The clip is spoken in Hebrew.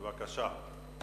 בבקשה.